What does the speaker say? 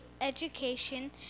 education